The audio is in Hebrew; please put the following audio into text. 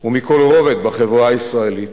ומכל רובד בחברה הישראלית,